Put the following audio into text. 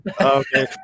Okay